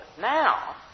Now